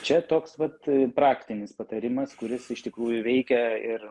čia toks vat praktinis patarimas kuris iš tikrųjų veikia ir